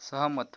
सहमत